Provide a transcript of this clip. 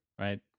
right